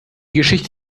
geschichte